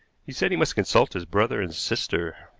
he said he must consult his brother and sister.